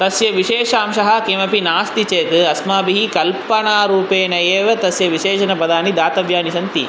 तस्य विशेषः अंशः किमपि नास्ति चेत् अस्माभिः कल्पना रूपेण एव तस्य विशेषण पदानि दातव्यानि सन्ति